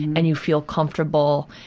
and you feel comfortable.